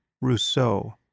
Rousseau